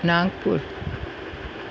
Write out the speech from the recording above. Nagpur